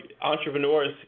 entrepreneurs